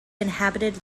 inhabited